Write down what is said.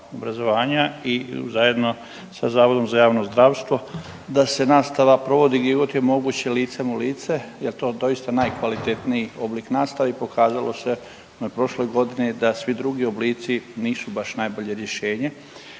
i zajedno sa zavodom za javno zdravstvo da se nastava provodi gdje god je moguće licem u lice jer to je doista najkvalitetniji oblik nastave i pokazalo se na prošloj godini da svi drugi oblici nisu baš najbolje rješenje.